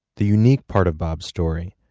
the unique part of bob's story,